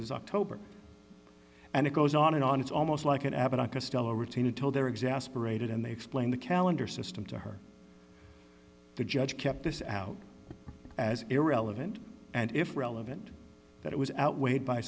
is october and it goes on and on it's almost like an abbott and costello routine until they're exasperated and they explain the calendar system to her the judge kept this out as irrelevant and if relevant that it was outweighed by